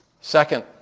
Second